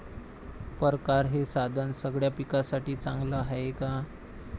परकारं हे साधन सगळ्या पिकासाठी चांगलं हाये का?